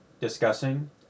discussing